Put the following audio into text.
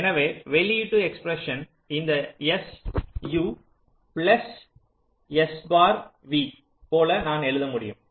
எனவே வெளியீட்டு எஸ்பிரஸன் இந்த s u plus s bar v போல நான் எழுத முடியும்